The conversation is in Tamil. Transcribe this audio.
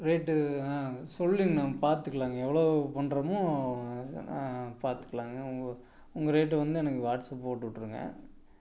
ரேட்டு சொல்லுங்கண்ணா பார்த்துக்கலாங்க எவ்வளோ பண்றமோ அது பார்த்துக்கலாங்க உங்கள் உங்கள் ரேட்டு வந்து எனக்கு வாட்ஸ்அப் போட்டுவிட்ருங்க